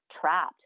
trapped